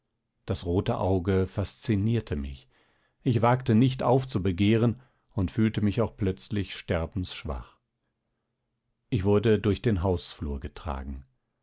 das rote auge faszinierte mich ich wagte nicht aufzubegehren und fühlte mich auch plötzlich sterbensschwach ich wurde durch den hausflur getragen